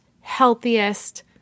healthiest